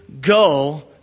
go